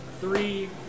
Three